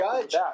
judge